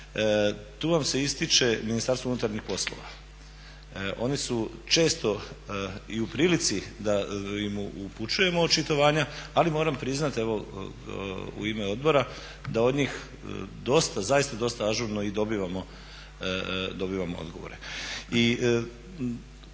tu vam se ističe Ministarstvo unutarnjih poslova. Oni su često i u prilici da im upućujemo očitovanja ali moram priznati evo u ime odbora da od njih dosta, zaista dosta ažurno i dobivamo odgovore.